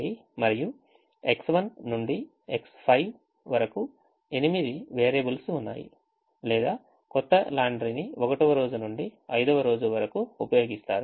కాబట్టి అక్కడ ఎనిమిది constraints ఉన్నాయి మరియు X1 నుండి X5 వరకు ఎనిమిది వేరియబుల్స్ ఉన్నాయి లేదా కొత్త లాండ్రీని 1వ రోజు నుండి 5వ రోజు వరకు ఉపయోగిస్తారు